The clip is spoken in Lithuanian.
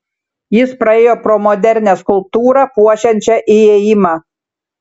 jis praėjo pro modernią skulptūrą puošiančią įėjimą